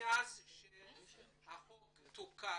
מאז שהחוק תוקן,